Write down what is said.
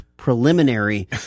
Preliminary